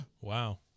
wow